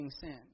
sin